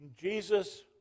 Jesus